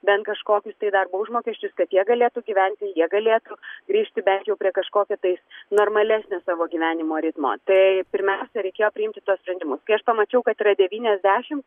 bent kažkokius tai darbo užmokesčius kad jie galėtų gyventi jie galėtų grįžti bet jau prie kažkokio tais normalesnio savo gyvenimo ritmo tai pirmiausia reikėjo priimti tuos sprendimus kai aš pamačiau kad yra devyniasdešim